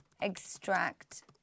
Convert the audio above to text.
extract